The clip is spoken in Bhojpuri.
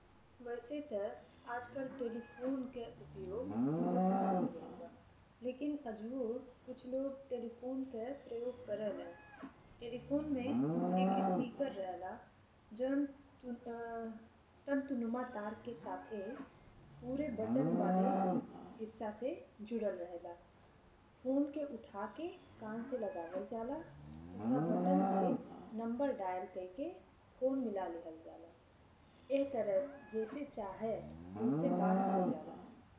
वइसें त आजकाल टेलीफोन के उपयोग बहुत कम हो गइल बा लेकिन अजो कुछ लोग टेलीफोन के उपयोग करेला। टेलीफोन में एक स्पीकर रहे ला जौन तत्वनुमा तार के साथे पूरे बटन वाला हिस्सा से जूड़ल रहे ला। फोन के उठा के कान से लगावल जाला तथा बटन से नंबर डायल कइ के फोन मिला लिहल जाला एह तरह जइसे चाहे ओसे बात हो जाला।